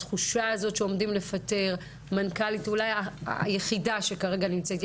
התחושה הזו שעומדים לפטר מנכ"לית שאולי היחידה שכרגע נמצאת.